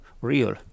real